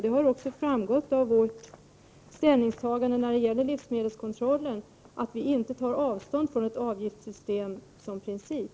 Det har också framgått av vårt ställningstagande när det gäller livsmedelskontrollen att vi inte tar avstånd från ett avgiftssystem som princip.